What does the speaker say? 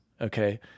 Okay